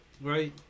right